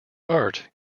art